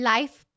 Life